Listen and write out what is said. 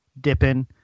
dipping